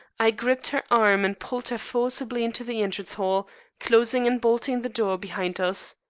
i gripped her arm and pulled her forcibly into the entrance-hall, closing and bolting the door behind us.